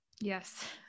Yes